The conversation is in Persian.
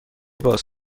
باز